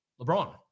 LeBron